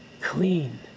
clean